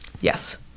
Yes